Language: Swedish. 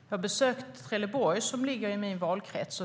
Jag har besökt Trelleborg, som ligger i min valkrets.